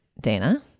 Dana